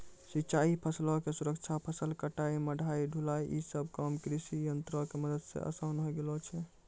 सिंचाई, फसलो के सुरक्षा, फसल कटाई, मढ़ाई, ढुलाई इ सभ काम कृषियंत्रो के मदत से असान होय गेलो छै